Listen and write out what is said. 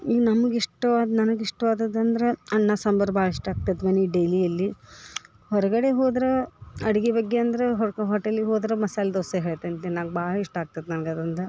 ಈಗ ನಮ್ಗ ಇಷ್ಟವಾದ ನನಗೆ ಇಷ್ಟವಾದದಂದ್ರ ಅನ್ನ ಸಾಂಬರು ಭಾಳ ಇಷ್ಟ ಆಗ್ತೈತಿ ಮನಿಗೆ ಡೇಲಿ ಅಲ್ಲಿ ಹೊರಗಡೆ ಹೋದ್ರ ಅಡಿಗೆ ಬಗ್ಗೆ ಅಂದ್ರ ಹೋಟೆಲಿಗೆ ಹೋದ್ರ ಮಸಾಲೆ ದೋಸೆ ಹೇಳ್ತೀನಿ ನನಗೆ ಭಾಳ ಇಷ್ಟ ಆಗ್ತೈತ್ ನನ್ಗ ಅದು ಒಂದು